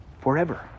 forever